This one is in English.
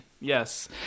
Yes